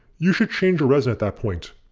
you should change your resin at that point.